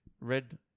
red